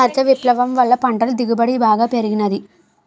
హరిత విప్లవం వల్ల పంటల దిగుబడి బాగా పెరిగినాది